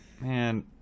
man